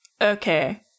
okay